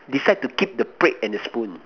decide to keep the plate and the spoon